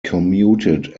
commuted